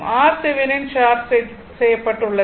RThevenin short செய்யப்பட்டுள்ளது